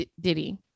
Diddy